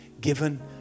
given